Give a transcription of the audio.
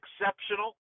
exceptional